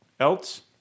Else